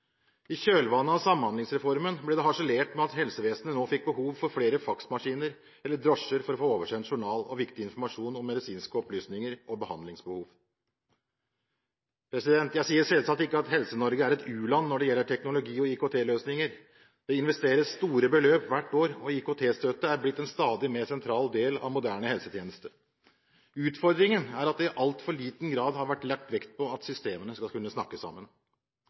I kjølvannet av Samhandlingsreformen ble det harselert med at helsevesenet nå fikk behov for flere faksmaskiner – eller drosjer – for å få oversendt journal og viktig informasjon om medisinske opplysninger og behandlingsbehov. Jeg sier selvsagt ikke at Helse-Norge er et u-land når det gjelder teknologi og IKT-løsninger. Det investeres store beløp hvert år, og IKT-støtte har blitt en stadig mer sentral del av moderne helsetjeneste. Utfordringen er at det i altfor liten grad har vært lagt vekt på at systemene skal kunne snakke sammen.